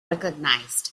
recognized